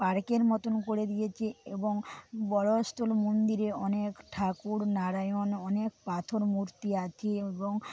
পার্কের মতন করে দিয়েছে এবং বড় অস্তুল মন্দিরে অনেক ঠাকুর নারায়ণ অনেক পাথরের মূর্তি আছে এবং